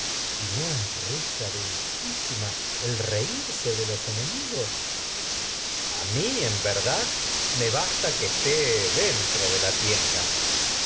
y no es también reírse de los minerva risa dulcísima el enemigos ulises a mi de en verdad me basta que esté dentro la tienda